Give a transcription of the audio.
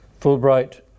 Fulbright